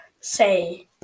say